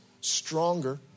stronger